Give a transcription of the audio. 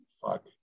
Fuck